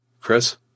Chris